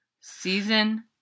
Season